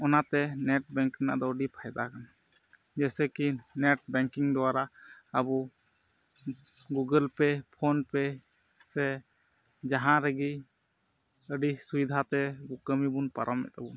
ᱚᱱᱟᱛᱮ net banking ᱨᱮᱱᱟᱜ ᱫᱚ ᱟᱹᱰᱤ ᱯᱷᱟᱭᱫᱟ ᱠᱟᱱᱟ ᱡᱮᱭᱥᱮ ᱠᱤ ᱱᱮᱴ ᱵᱮᱝᱠᱤᱝ ᱫᱳᱣᱟᱨᱟ ᱟᱵᱚ ᱜᱩᱜᱳᱞ ᱯᱮ ᱯᱷᱳᱱ ᱯᱮ ᱥᱮ ᱡᱟᱦᱟᱸ ᱨᱮᱜᱮ ᱟᱹᱰᱤ ᱥᱩᱵᱤᱫᱷᱟᱛᱮ ᱠᱟᱹᱢᱤᱵᱚᱱ ᱯᱟᱨᱚᱢᱮᱫ ᱛᱟᱵᱚᱱᱟ